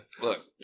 Look